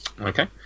Okay